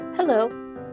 Hello